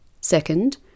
Second